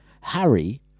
Harry